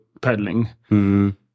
pedaling